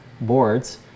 boards